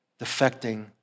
defecting